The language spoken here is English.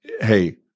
hey